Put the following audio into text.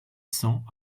cents